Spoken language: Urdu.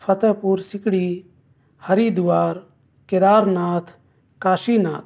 فتح پور سیکری ہری دوار کیدار ناتھ کاشی ناتھ